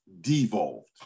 devolved